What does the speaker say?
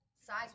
size